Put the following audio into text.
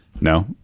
No